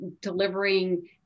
delivering